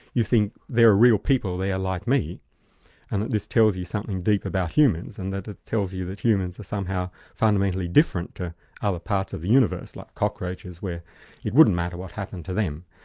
you think, they're real people, they are like me, and that this tells you something deep about humans, and that it tells you that humans are somehow fundamentally different to other parts of the universe, like cockroaches, where it wouldn't matter what happened to them.